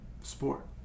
sport